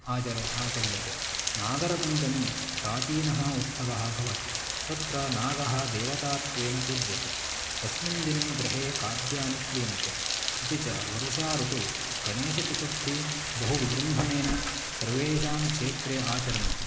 आचर् आचर्यते नागपञ्चमी प्राचीनः उत्सवः भवति तत्र नागः देवतात्वेन पूज्यते तस्मिन् दिने गृहे खाद्यानि क्रियन्ते अपि व वर्षा ऋतु गणेशचतुर्थी बहु विजृम्भणेन सर्वेषां क्षेत्रे आचरन्ति